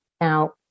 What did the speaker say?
Now